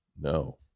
No